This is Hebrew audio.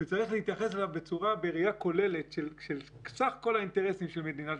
וצריך להתייחס אליו בראייה כוללת של סך כול האינטרסים של מדינת